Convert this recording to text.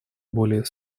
более